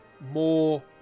more